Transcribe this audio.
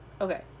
okay